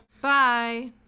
Bye